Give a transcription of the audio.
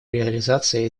реализации